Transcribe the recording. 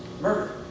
murder